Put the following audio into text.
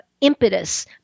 impetus